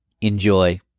Enjoy